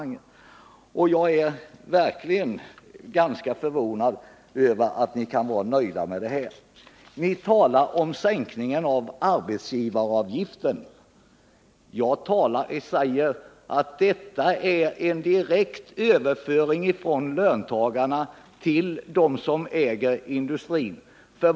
Jag är verkligen ganska förvånad över att ni kan vara nöjda med nuvarande förhållanden. Ni talar om sänkning av arbetsgivaravgiften. Jag säger att det är en direkt överföring från löntagarna till dem som äger industrierna.